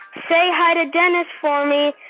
say hi to dennis for me,